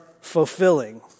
fulfilling